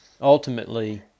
ultimately